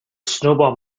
snowball